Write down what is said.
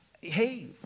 hey